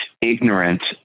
ignorant